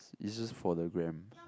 is just for the gram